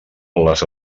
les